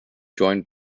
joined